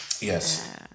Yes